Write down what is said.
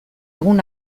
egun